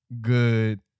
good